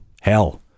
Hell